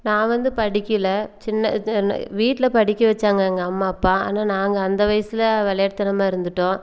நான் வந்து படிக்கல சின்ன இது என்ன வீட்டில் படிக்க வைச்சாங்க எங்கள் அம்மா அப்பா ஆனால் நாங்கள் அந்த வயசில் விளையாட்டுத்தனமா இருந்துவிட்டோம்